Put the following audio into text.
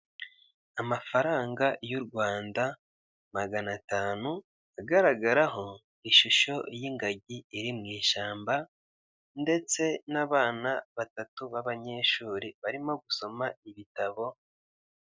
Amafaranga y'u Rwanda magana atanu agaragaraho ishusho y'ingagi iri mu ishyamba, ndetse n'abana batatu b'abanyeshuri barimo gusoma igitabo.